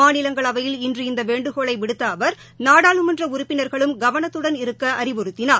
மாநிலங்களவையில் இன்று இந்த வேண்டுகோளை விடுத்த அவர் நாடாளமன்ற உறுப்பினர்களும் கவனத்துடன் இருக்க அறிவுறுத்தினார்